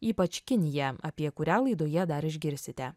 ypač kinija apie kurią laidoje dar išgirsite